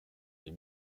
des